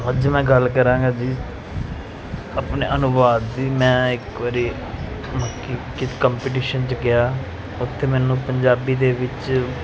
ਅੱਜ ਮੈਂ ਗੱਲ ਕਰਾਂਗਾ ਜੀ ਆਪਣੇ ਅਨੁਵਾਦ ਦੀ ਮੈਂ ਇੱਕ ਵਾਰੀ ਕ ਕ ਕੰਪੀਟੀਸ਼ਨ 'ਚ ਗਿਆ ਉੱਥੇ ਮੈਨੂੰ ਪੰਜਾਬੀ ਦੇ ਵਿੱਚ